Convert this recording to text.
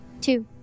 Two